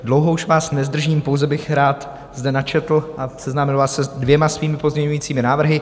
Dlouho už vás nezdržím, pouze bych rád zde načetl a seznámil vás se dvěma svými pozměňovacími návrhy.